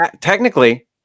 technically